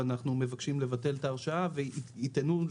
שאנחנו מבקשים לבטל את ההרשאה ולצורך